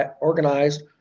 organized